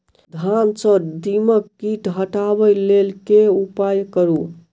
धान सँ दीमक कीट हटाबै लेल केँ उपाय करु?